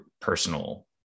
personal